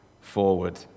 forward